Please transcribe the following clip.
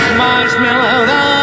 marshmallow